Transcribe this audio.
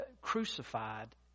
crucified